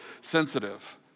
sensitive